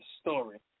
story